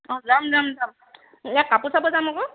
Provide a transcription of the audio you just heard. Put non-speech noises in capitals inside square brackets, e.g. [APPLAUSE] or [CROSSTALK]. অঁ যাম যাম যাম [UNINTELLIGIBLE] যাম আকৌ